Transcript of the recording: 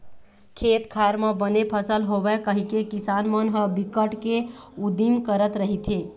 खेत खार म बने फसल होवय कहिके किसान मन ह बिकट के उदिम करत रहिथे